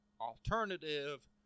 alternative